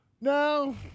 No